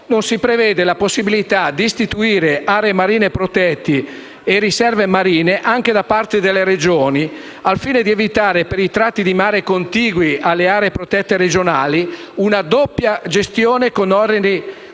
non si prevede la possibilità di istituire aree marine protette e riserve marine anche da parte delle Regioni al fine di evitare, per i tratti di mare contigui alle aree protette regionali, una doppia gestione con oneri